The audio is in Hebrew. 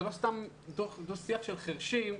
ולא סתם לקיים דו-שיח של חרשים,